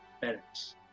parents